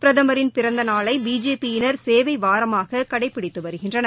பிரதமரின் பிறந்தநாளை பிஜேபி யினர் சேவை வாரமாக கடைபிடித்து வருகின்றனர்